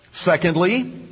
secondly